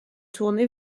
tournée